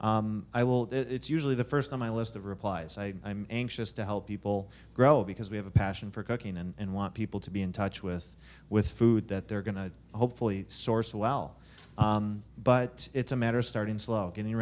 and i will it's usually the first on my list of replies i am anxious to help people grow because we have a passion for cooking and want people to be in touch with with with food that they're going to hopefully source well but it's a matter of starting slow getting